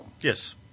Yes